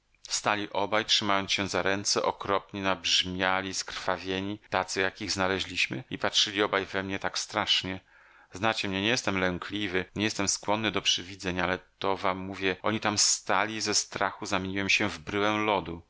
obaj trzymając się za ręce okropni nabrzmiali skrwawieni tacy jak ich znaleźliśmy i patrzyli obaj we mnie tak strasznie znacie mnie nie jestem lękliwy nie jestem skłonny do przywidzeń ale to wam mówię oni tam stali i ze strachu zamieniłem się w bryłę lodu